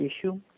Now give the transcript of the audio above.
issue